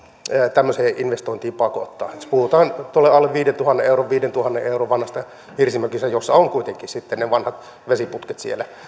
tämmöiseen investointiin pakottaa jos puhutaan viidentuhannen euron tai alle viidentuhannen euron vanhasta hirsimökistä jossa on kuitenkin sitten ne vanhat vesiputket siellä